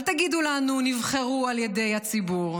אל תגידו לנו: נבחרו על ידי הציבור.